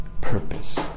purpose